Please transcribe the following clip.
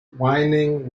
whinnying